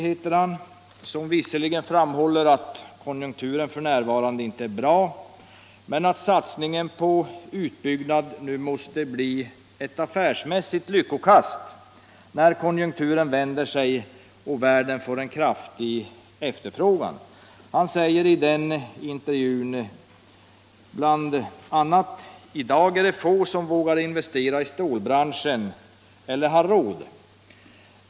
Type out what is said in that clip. Han framhåller visserligen att konjunkturerna f.n. inte är bra men säger att satsningen på en utbyggnad måste bli ett affärsmässigt lyckokast när konjunkturerna vänder och världen får en kraftig efterfrågan. I intervjun säger han bl.a.: ”Idag är det få som vågar investera i stålbranschen — eller har råd.